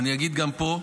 ואני אגיד גם פה,